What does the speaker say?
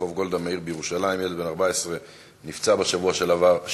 רחוב גולדה מאיר בירושלים: ילד בן 14 נפצע בשבוע שעבר,